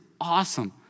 awesome